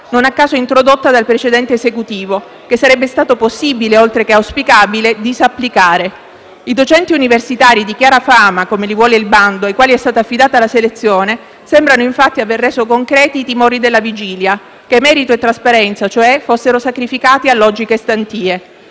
non a caso introdotta dal precedente Esecutivo, che sarebbe stato possibile - oltre che auspicabile - disapplicare. I docenti universitari «di chiara fama», come li vuole il bando, ai quali è stata affidata la selezione, sembrano infatti avere reso concreti i timori della vigilia: che merito e trasparenza, cioè, fossero sacrificati a logiche stantie.